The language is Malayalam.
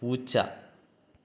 പൂച്ച